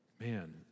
man